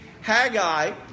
Haggai